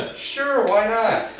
sure why not?